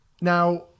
Now